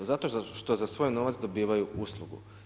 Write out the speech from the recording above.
Zato što za svoj novac dobivaju uslugu.